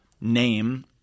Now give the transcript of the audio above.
name